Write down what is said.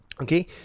Okay